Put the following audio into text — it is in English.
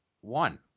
one